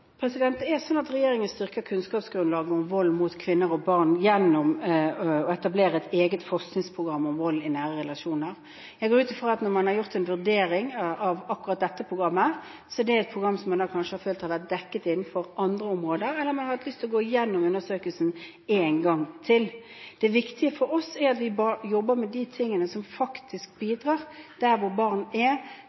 Regjeringen styrker kunnskapsgrunnlaget for vold mot kvinner og barn gjennom å etablere et eget forskningsprogram om vold i nære relasjoner. Jeg går ut fra at når man har gjort en vurdering av akkurat dette programmet, er det et program som man kanskje har følt har vært dekket innenfor andre områder, eller man har hatt lyst til å gå igjennom undersøkelsen en gang til. Det viktige for oss er at vi jobber med de tingene som bidrar der hvor barn er,